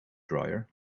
dryer